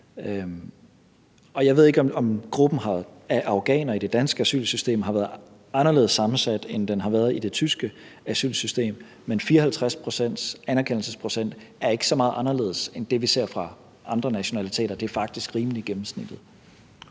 jeg ved ikke, om gruppen af afghanere i det danske asylsystem har været anderledes sammensat, end den har været i det tyske asylsystem. Men en anerkendelsesprocent på 54 er ikke så meget anderledes end det, vi ser for andre nationaliteter. Det er faktisk rimelig gennemsnitligt.